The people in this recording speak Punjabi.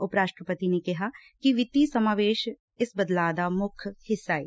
ਉਪ ਰਾਸ਼ਟਰਪਤੀ ਨੇ ਕਿਹਾ ਕਿ ਵਿੱਤੀ ਸਮਾਵੇਸ ਇਸ ਬਦਲਾਅ ਦਾ ਮੁੱਖ ਹਿੱਸਾ ਏ